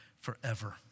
forever